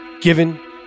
given